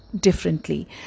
differently